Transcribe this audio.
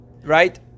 right